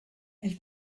elle